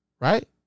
Right